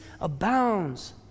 abounds